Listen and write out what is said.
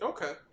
Okay